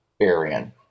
Aryan